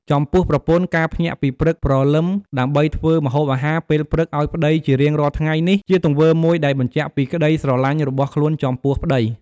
ចំពោះប្រពន្ធការភ្ញាក់ពីព្រឹកព្រលឹមដើម្បីធ្វើ ម្ហូបអាហារពេលព្រឹកឲ្យប្តីជារៀងរាល់ថ្ងៃនេះជាទង្វើមួយដែលបញ្ជាក់ពីក្តីស្រលាញ់របស់ខ្លួនចំពោះប្តី។